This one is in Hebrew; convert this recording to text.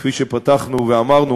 כפי שפתחנו ואמרנו,